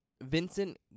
Vincent